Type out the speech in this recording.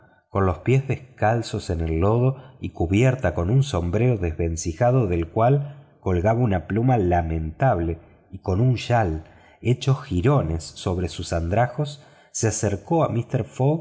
con los pies descalzos en el lodo y cubierta con un sombrero desvencijado del cual colgaba una pluma lamentable y con un chal hecho jirones sobre sus andrajos se acercó a mister fogg